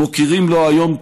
מכירים לו היום תודה,